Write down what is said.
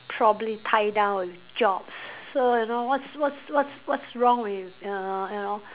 probably tie down with jobs so you know what's what's what's wrong err you know